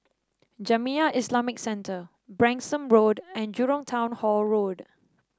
Jamiyah Islamic Centre Branksome Road and Jurong Town Hall Road